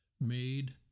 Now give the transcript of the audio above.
made